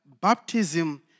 baptism